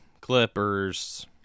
clippers